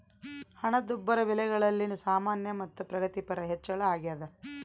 ಹಣದುಬ್ಬರ ಬೆಲೆಗಳಲ್ಲಿ ಸಾಮಾನ್ಯ ಮತ್ತು ಪ್ರಗತಿಪರ ಹೆಚ್ಚಳ ಅಗ್ಯಾದ